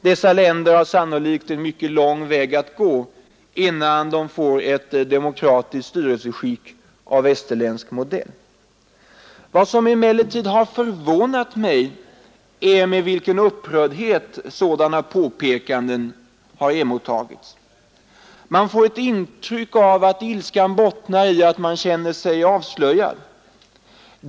Dessa länder har sannolikt en mycket lång väg att gå innan de uppnår ett demokratiskt styrelseskick av västerländsk modell. Vad som emellertid förvånat mig är med vilken upprördhet sådana påpekanden har emottagits. Man får ett intryck av att ilskan bottnar i att man känner sig avslöjad.